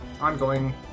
ongoing